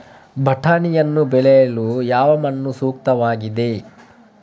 ಬಟಾಣಿಯನ್ನು ಬೆಳೆಯಲು ಯಾವ ಮಣ್ಣು ಸೂಕ್ತವಾಗಿದೆ?